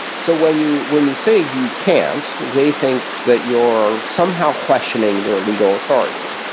so when you when you say you can't, they think that you're somehow questioning their legal authority.